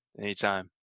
Anytime